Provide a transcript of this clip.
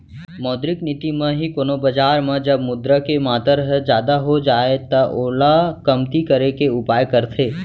मौद्रिक नीति म ही कोनो बजार म जब मुद्रा के मातर ह जादा हो जाय त ओला कमती करे के उपाय करथे